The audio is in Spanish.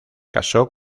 casó